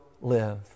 live